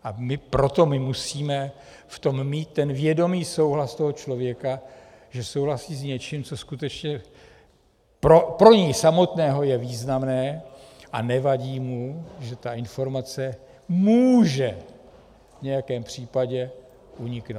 A proto my musíme v tom mít vědomý souhlas toho člověka, že souhlasí s něčím, co skutečně pro něj samotného je významné, a nevadí mu, že ta informace může v nějakém případě uniknout.